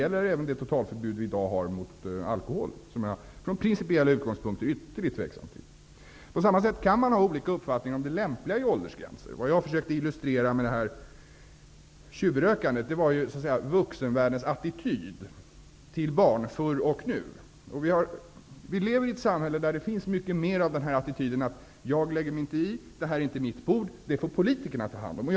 Från principiella utgångspunkter är jag också ytterligt tveksam till det totalförbud vi har när det gäller alkohol. På samma sätt kan man ha olika uppfattningar om det lämpliga i åldersgränser. Med exemplet om tjuvrökning försökte jag illustrera vuxenvärldens attityd till barn förr och nu. Vi lever i ett samhälle där attityden att man inte skall lägga sig, det är inte mitt bord och det får politikerna ta hand om är ganska vanligt förekommande.